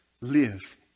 live